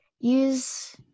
use